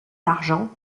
d’argent